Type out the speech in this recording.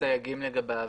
הסייגים לגביו,